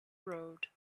road